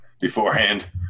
beforehand